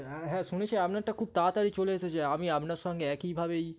হ্যাঁ হ্যাঁ শুনেছি আপনারটা খুব তাড়াতাড়ি চলে এসেছে আমি আপনার সঙ্গে একইভাবেই